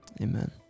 Amen